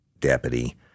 deputy